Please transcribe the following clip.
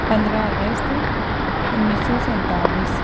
پندرہ اگست انیس سو سینتالیس